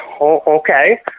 okay